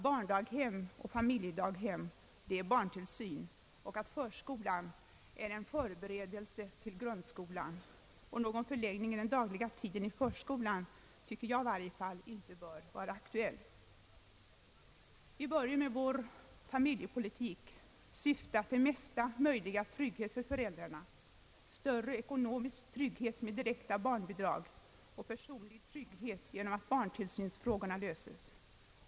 Barndaghem och familjedaghem är barntillsyn och förskola är en förberedelse til grundskolan. Någon förlängning av den dagliga tiden i förskolan tycker jag i varje fall inte bör vara aktuell. Vi bör med vår familjepolitik syfta till största möjliga trygghet för föräldrarna, större ekonomisk trygghet med direkta barnbidrag och personlig trygghet genom att barntillsynsfrågorna löses.